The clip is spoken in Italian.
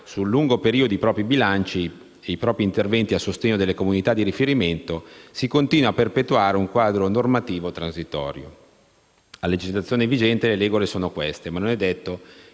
sul lungo periodo i propri bilanci e i propri interventi a sostegno delle comunità di riferimento, si continua a perpetuare un quadro normativo transitorio. A legislazione vigente le regole sono queste, ma non è detto